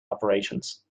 operations